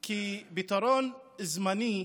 כפתרון זמני,